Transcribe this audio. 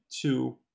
two